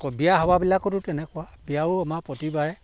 আকৌ বিয়া সবাহবিলাকতো তেনেকুৱা বিয়াও আমাৰ প্ৰতিবাৰে